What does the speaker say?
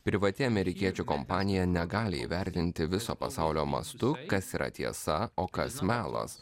privati amerikiečių kompanija negali įvertinti viso pasaulio mastu kas yra tiesa o kas melas